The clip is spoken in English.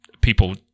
people